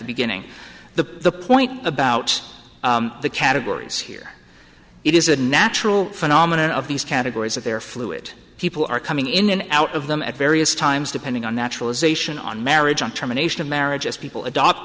the beginning the point about the categories here it is a natural phenomenon of these categories of their flu it people are coming in and out of them at various times depending on naturalization on marriage on terminations marriages people adopt